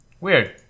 Weird